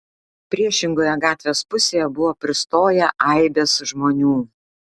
priešingoje gatvės pusėje buvo pristoję aibės žmonių